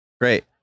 Great